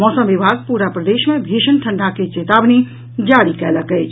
मौसम विभाग पूरा प्रदेश मे भीषण ठंडा के चेतावनी जारी कयलक अछि